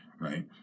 right